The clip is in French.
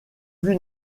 vue